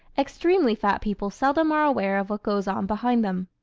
extremely fat people seldom are aware of what goes on behind them.